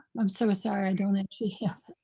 i'm so sorry, i don't actually have